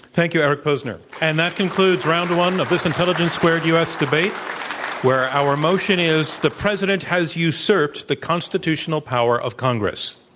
thank you, eric posner. and that concludes round one of this intelligence squared u. s. debate where our motion is the president has usurped the constitutional power of congre so